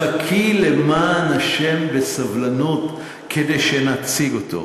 חכי, למען השם, בסבלנות, כדי שנציג אותו.